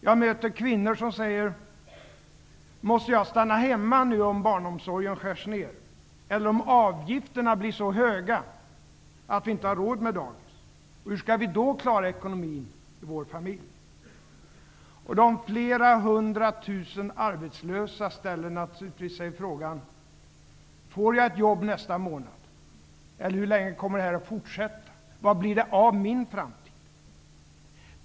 Jag möter kvinnor som säger: Måste jag stanna hemma om barnomsorgen skärs ned eller om avgifterna blir så höga att vi inte har råd med dagis? Hur skall vi då klara ekonomin i vår familj? De flera hundra tusen arbetslösa ställer sig naturligtvis frågan: Får jag ett jobb nästa månad, eller hur länge kommer det här att fortsätta? Vad blir det av min framtid?